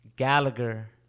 Gallagher